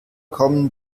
kommen